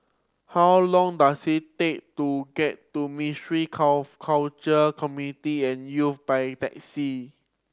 how long does it take to get to Ministry Culture Community and Youth by taxi